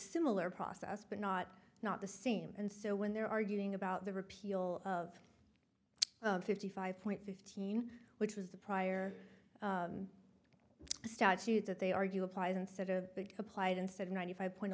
similar process but not not the same and so when they're arguing about the repeal of fifty five point fifteen which was the prior statute that they argue applies instead of applied instead ninety five point